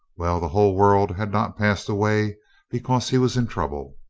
well. the whole world had not passed away because he was in trouble.